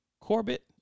Corbett